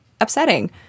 upsetting